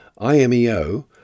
IMEO